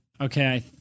okay